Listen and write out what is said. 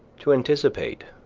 to anticipate,